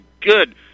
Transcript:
good